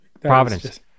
providence